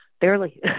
barely